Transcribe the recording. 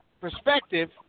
perspective